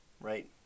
right